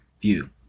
view